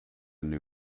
new